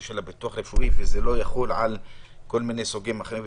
הביטוח הרפואי וזה לא יחול על סוגים אחרים.